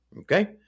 Okay